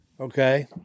okay